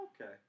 Okay